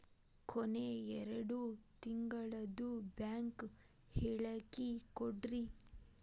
ಕೊನೆ ಎರಡು ತಿಂಗಳದು ಬ್ಯಾಂಕ್ ಹೇಳಕಿ ಕೊಡ್ರಿ